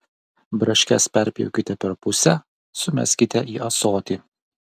braškes perpjaukite per pusę sumeskite į ąsotį